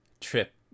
trip